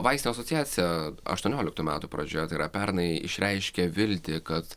vaistų asociacija aštuonioliktų metų pradžioje tai yra pernai išreiškė viltį kad